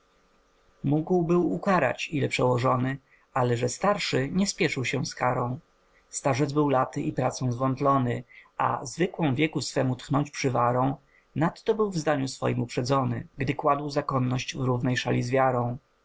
mógł był ukarać ile przełożony ale że starszy nie śpieszył się z karą starzec był laty i pracą zwątlony a zwykłą wieku swemu tchnąc przywarą nadto był w zdaniu swojem uprzedzony gdy kładł zakonność w równej szali z wiarą